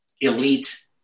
elite